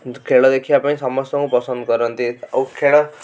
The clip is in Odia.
ଖେଳ ଦେଖିବା ପାଇଁ ସମସ୍ତଙ୍କୁ ପସନ୍ଦ କରନ୍ତି ଓ ଖେଳ